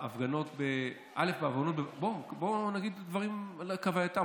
בוא נגיד דברים כהווייתם.